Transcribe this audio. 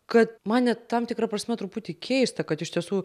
kad man net tam tikra prasme truputį keista kad iš tiesų